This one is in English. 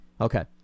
Okay